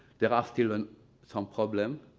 there are still and some problems.